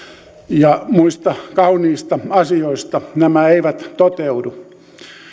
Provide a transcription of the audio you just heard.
ja muista kauniista asioista nämä eivät toteudu